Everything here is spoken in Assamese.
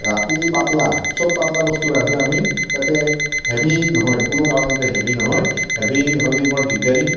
ৰাতি পাতলা চব পাতলা বস্তু ৰান্ধোঁ আমি যাতে হেভি নহয় কোনো কাৰণতে হেভি নহয় হেভি হ'লে বৰ দিগদাৰি